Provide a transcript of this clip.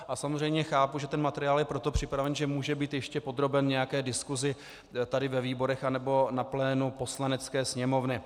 A samozřejmě chápu, že materiál je pro to připraven, že může být ještě podroben nějaké diskusi tady ve výborech anebo na plénu Poslanecké sněmovny.